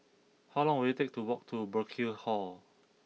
how long will it take to walk to Burkill Hall